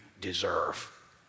deserve